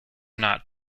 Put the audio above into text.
not